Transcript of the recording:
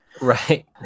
right